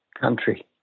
country